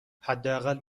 حداقل